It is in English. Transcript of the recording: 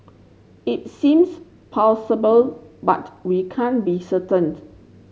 it seems but we can't be